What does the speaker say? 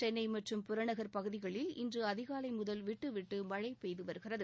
சென்னை மற்றும் புறநகர் பகுதிகளில் இன்று அதிகாலை முதல் விட்டுவிட்டு மழை பெய்துவருகிறது